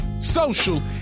social